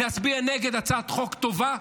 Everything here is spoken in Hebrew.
להצביע נגד הצעת חוק טובה,